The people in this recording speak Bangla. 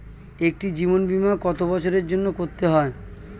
একটি জীবন বীমা কত বছরের জন্য করতে হয়?